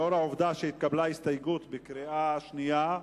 לאור העובדה שהתקבלה הסתייגות בקריאה שנייה,